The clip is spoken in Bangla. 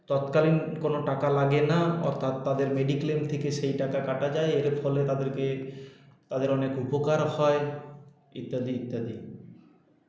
তৎকালীন কোনো টাকা লাগে না অর্থাৎ তাদের মেডিক্লেম থেকে সেই টাকা কাটা যায় এর ফলে তাদেরকে তাদের অনেক উপকার হয় ইত্যাদি ইত্যাদি